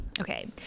okay